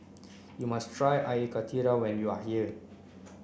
you must try Air Karthira when you are here